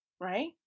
right